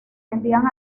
enviaban